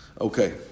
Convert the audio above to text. Okay